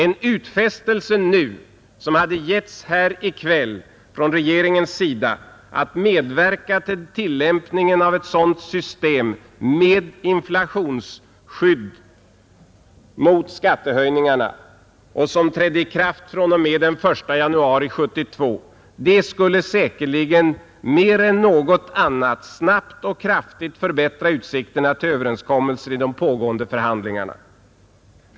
En utfästelse nu, som hade getts här i kväll från regeringens sida, att medverka till tillämpningen av ett sådant system med inflationsskydd mot skattehöjningarna vilket trädde i kraft fr.o.m. den 1 januari 1972, skulle säkerligen mer än något annat snabbt och kraftigt förbättra utsikterna till överenskommelser i de pågående förhandlingarna.